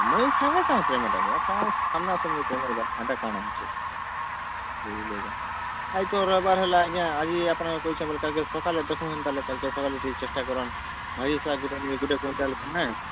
ମୁଇଁ ସାଙ୍ଗେ ସାଙ୍ଗେ ପେମେଣ୍ଟ୍ ଆଜ୍ଞା ସାମନା ସାମ୍ନିରେ ପେମଣ୍ଟ୍ଟା ଦେମି ଏନ୍ତା କାଣା ହେଉଛେ ଆଜି ତ ରବିବାର୍ ହେଲା ଆଜ୍ଞା ଆଜି ଆପଣ କହିଛେ ବୋଲିକରି ସକାଳୁ ହେନ୍ତା ଦେଖିଦିଅ କାଲି ଟିକେ ଚେଷ୍ଟା କରନ୍ ଭାଜି ଶାଗ୍ ଗୋଟେ କୁଇଣ୍ଟାଲ୍